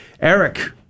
eric